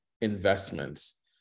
investments